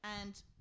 And-